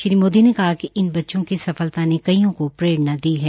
श्री मोदी ने कहा कि इन बच्चों की सफलता ने कईयों को प्ररेणा दी है